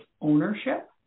ownership